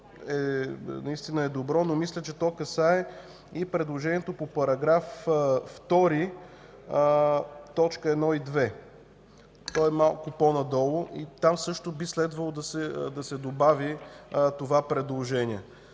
е добро, но мисля, че то касае и предложението по § 2, т. 1 и 2. То е малко по-надолу, и там също би следвало да се добави това предложение.